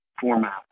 format